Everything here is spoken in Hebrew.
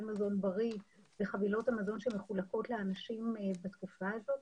מזון בריא בחבילות המזון שמחולקות לאנשים בתקופה הזאת.